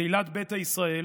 קהילת ביתא ישראל,